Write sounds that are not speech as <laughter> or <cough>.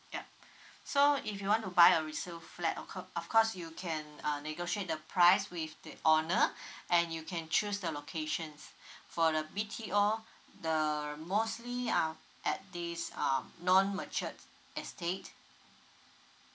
yup <breath> so if you want to buy a resale flat of c~ of course you can uh negotiate the price with the owner <breath> and you can choose the locations <breath> for the B_T_O the mostly are at this um non matured estate